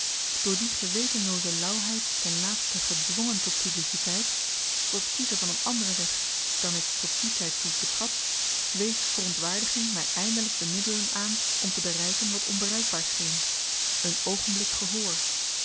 door die gewetenlooze lauwheid ten laatste gedwongen tot publiciteit tot het kiezen van een anderen weg dan ik tot dien tyd toe betrad wees verontwaardiging my eindelyk de middelen aan om te bereiken wat onbereikbaar scheen een oogenblik gehoor